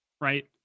right